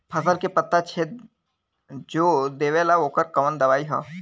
फसल के पत्ता छेद जो देवेला ओकर कवन दवाई ह?